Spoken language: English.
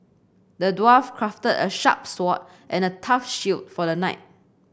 the dwarf crafted a sharp sword and a tough shield for the knight